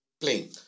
playing